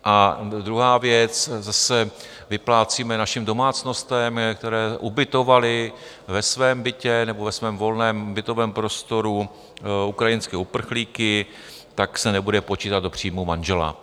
A druhá věc, zase vyplácíme našim domácnostem, které ubytovaly ve svém bytě nebo ve svém volném bytovém prostoru ukrajinské uprchlíky, tak se nebude počítat do příjmu manžela.